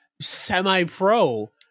semi-pro